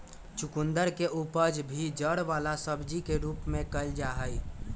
चुकंदर के उपज भी जड़ वाला सब्जी के रूप में कइल जाहई